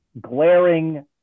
glaring